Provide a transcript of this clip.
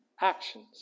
actions